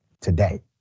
today